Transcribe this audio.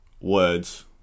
words